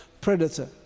predator